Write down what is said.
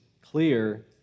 clear